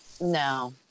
No